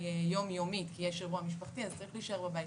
יום יומית כי יש אירוע משפחתי וצריך להישאר בבית,